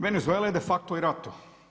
Venezuela je de facto i u ratu.